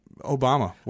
Obama